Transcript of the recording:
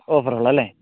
offer ഉള്ളൂ അല്ലെ